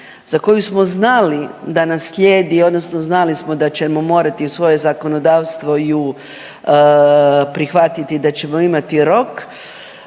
za koju smo znali da nam slijedi odnosno znali smo da ćemo morati u svoje zakonodavstvo ju prihvatiti, da ćemo imati rok,